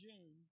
June